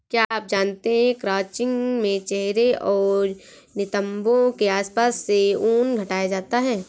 क्या आप जानते है क्रचिंग में चेहरे और नितंबो के आसपास से ऊन हटाया जाता है